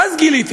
ואז גיליתי